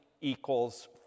equals